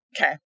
Okay